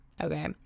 Okay